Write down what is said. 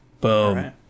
Boom